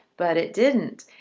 but it didn't.